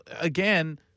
again